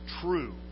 true